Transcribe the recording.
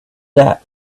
that